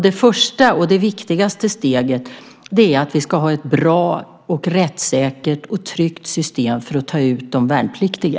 Det första och viktigaste steget är att vi ska ha ett bra, rättssäkert och tryggt system för att ta ut de värnpliktiga.